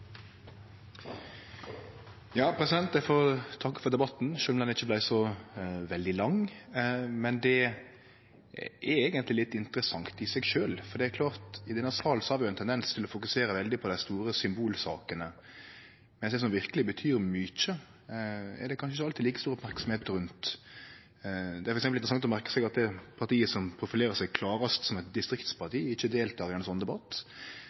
Eg får takke for debatten, sjølv om han ikkje vart så veldig lang. Men det er eigentleg litt interessant i seg sjølv, for i denne salen har vi jo ein tendens til å fokusere veldig på dei store symbolsakene, mens dei som verkeleg betyr mykje, er det kanskje ikkje alltid like stor merksemd rundt. Det er f.eks. interessant å merke seg at det partiet som profilerer seg klarast som eit distriktsparti, ikkje deltek i ein slik debatt.